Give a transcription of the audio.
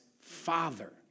father